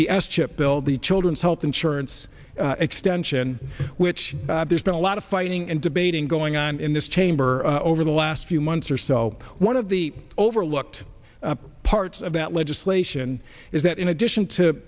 the s chip bill the children's health insurance extension which there's been a lot of fighting and debating going on in this chamber over the last few months or so one of the overlooked parts of that legislation is that in addition